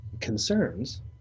concerns